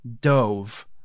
dove